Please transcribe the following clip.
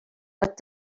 what